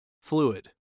fluid